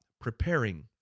preparing